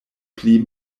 pli